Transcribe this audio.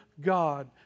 God